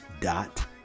dot